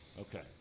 Okay